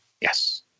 Yes